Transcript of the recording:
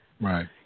Right